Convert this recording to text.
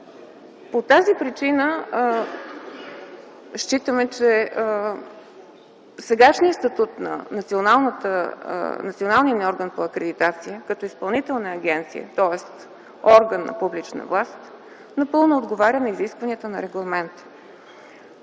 По тази причина считаме, че сегашният статут на националния ни орган по акредитация като изпълнителна агенция, тоест орган на публична власт, напълно отговаря на изискванията на регламента.